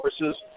resources